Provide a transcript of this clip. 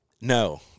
no